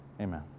amen